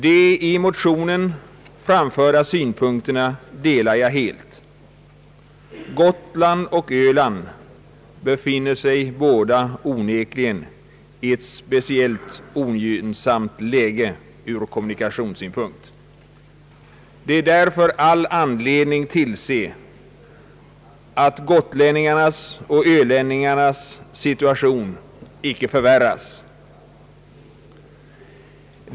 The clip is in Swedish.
De i motionen framförda synpunkterna delar jag helt. Gotland och Öland befinner sig onekligen i ett speciellt ogynnsamt läge ur kommunikationssynpunkt, och det finns därför all anledning tillse att gotlänningarnas och ölänningarnas situation icke förvärras.